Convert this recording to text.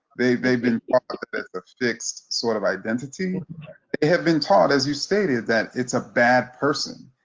they've they've been taught its a fixed sort of identity. they have been taught, as you stated, that it's a bad person,